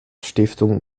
stiftung